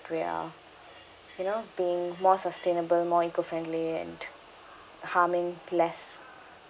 we are you know being more sustainable more eco-friendly and harming less